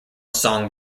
song